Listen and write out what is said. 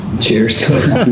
Cheers